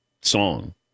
song